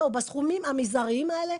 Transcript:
בסכומים המזעריים האלה,